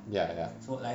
ya ya